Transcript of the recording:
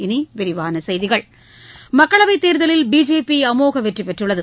இனி விரிவான செய்திகள் மக்களவைத் தேர்தலில் பிஜேபி அமோக வெற்றிபெற்றுள்ளது